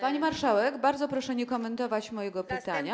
Pani marszałek, bardzo proszę nie komentować mojego pytania.